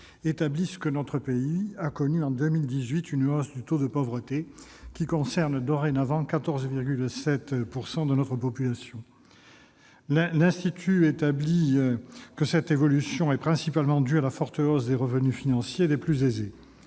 établissent que notre pays a connu en 2018 une hausse du taux de pauvreté, qui s'élève dorénavant à 14,7 % de la population. Selon l'Insee, cette évolution est principalement due à la forte hausse des revenus financiers des plus aisés.